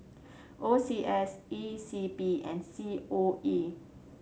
O C S E C P and C O E